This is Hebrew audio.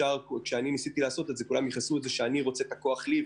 וכשאני ניסיתי לעשות זאת תמיד אמרו שאני רוצה את הכוח לי,